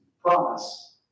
promise